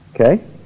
Okay